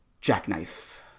Jackknife